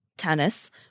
tennis